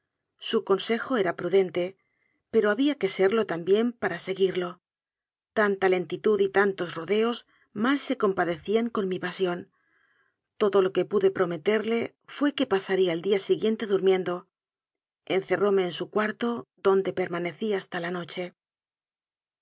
su consejo era prudente pero había que serlo también para se guirlo tanta lentitud y tantos rodeos mal se compadecían con mi pasión todo lo que pude pro meterle fué que pasaría el día siguiente durmien do encerróme en su cuarto donde permanecí has ta la noche